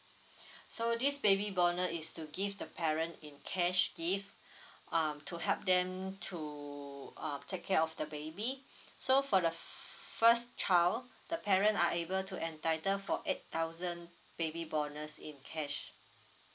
so this baby bonus is to give the parent in cash gift uh to help them to uh take care of the baby so for the first child the parent are able to entitle for eight thousand baby bonus in cash